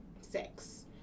sex